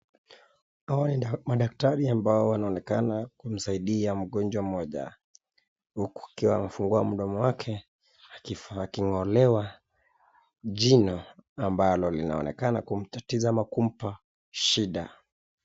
Hawa ni madaktari ambao wanao onekana kumsaidia mgonjwa mmoja huku akiwa amefungua mdomo wake akingolewa jino ambalo linaonekana kumtatiza ama kumpa shida.